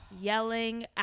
yelling